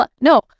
No